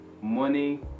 money